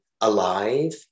alive